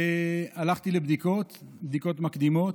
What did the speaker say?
הלכתי לבדיקות מקדימות.